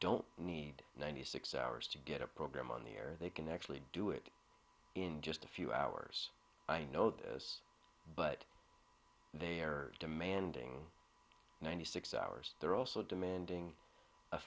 don't need ninety six hours to get a program on the air they can actually do it in just a few hours i know this but they are demanding ninety six hours they're also demanding a